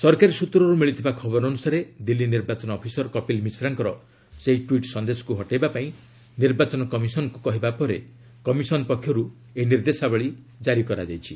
ସରକାରୀ ସୂତ୍ରରୁ ମିଳିଥିବା ଖବର ଅନୁସାରେ ଦିଲ୍ଲୀ ନିର୍ବାଚନ ଅଫିସର କପିଲ ମିଶ୍ରାଙ୍କର ସେହି ଟ୍ୱିଟ୍ ସନ୍ଦେଶକୁ ହଟେଇବା ପାଇଁ ନିର୍ବାଚନ କମିଶନଙ୍କୁ କହିବା ପରେ କମିଶନ ପକ୍ଷରୁ ଏହି ନିର୍ଦ୍ଦେଶାବଳୀ କାରି କରାଯାଇଛି